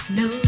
no